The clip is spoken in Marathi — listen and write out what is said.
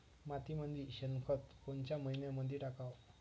मातीमंदी शेणखत कोनच्या मइन्यामंधी टाकाव?